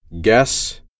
guess